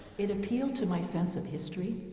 it appealed to my sense of history,